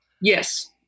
Yes